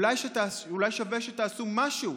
אולי שווה שתעשו משהו,